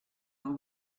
dans